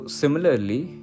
similarly